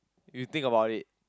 you think about it